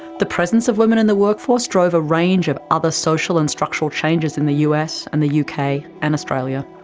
the presence of women in the workforce drove a range of other social and structural changes in the us, and the yeah uk and australia.